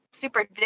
super